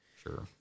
Sure